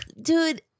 Dude